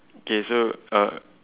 okay so uh